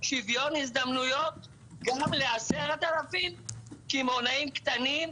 שוויון הזדמנויות גם ל-10,000 לקמעונאים קטנים,